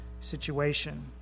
situation